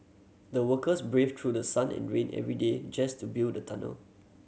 the workers braved through the sun and rain every day just to build the tunnel